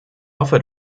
hoffe